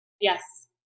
Yes